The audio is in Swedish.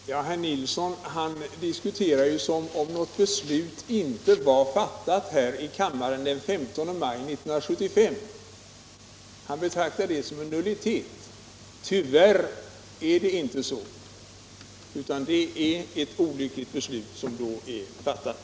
Herr talman! Herr Nilsson i Kalmar diskuterar som om något beslut inte hade fattats här i kammaren den 15 maj 1975. Tyvärr skedde så, och det var ett mycket olyckligt beslut som då fattades.